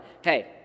hey